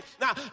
Now